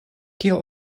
kio